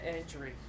injury